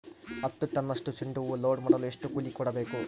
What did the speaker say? ಹತ್ತು ಟನ್ನಷ್ಟು ಚೆಂಡುಹೂ ಲೋಡ್ ಮಾಡಲು ಎಷ್ಟು ಕೂಲಿ ಕೊಡಬೇಕು?